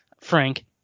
Frank